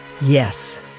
Yes